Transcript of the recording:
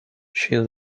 she